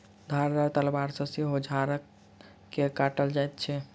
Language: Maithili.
धारदार तलवार सॅ सेहो झाइड़ के काटल जाइत छै